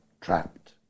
trapped